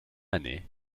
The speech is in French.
année